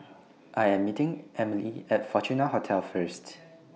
I Am meeting Emilee At Fortuna Hotel First